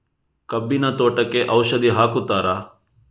ಕಬ್ಬಿನ ತೋಟಕ್ಕೆ ಔಷಧಿ ಹಾಕುತ್ತಾರಾ?